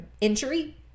injury